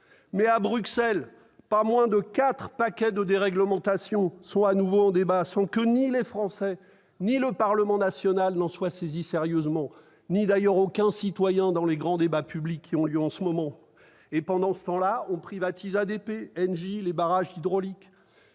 Mais, à Bruxelles, pas moins de quatre paquets de déréglementation sont de nouveau en débat, sans que ni les Français ni le Parlement national en soient saisis sérieusement- la question n'est d'ailleurs pas posée dans les débats publics qui ont lieu en ce moment. Et pendant ce temps, on privatise ADP, Engie, les barrages hydrauliques,